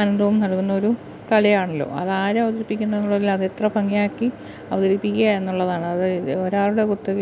ആനന്ദവും നൽകുന്നൊരു കലയാണല്ലോ അതാരവതരിപ്പിക്കുന്നതാണെങ്കിലും അതെത്ര ഭംഗിയാക്കി അവതരിപ്പിക്കുക എന്നുള്ളതാണ് അത് ഒരാളുടെ കുത്തക